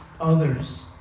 others